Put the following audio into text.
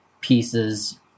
pieces